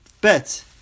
bet